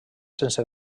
sense